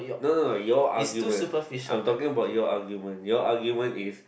no no no your argument I'm talking about your argument your argument is